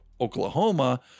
Oklahoma